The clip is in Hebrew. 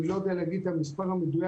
אני לא יודע להגיד את המספר המדויק,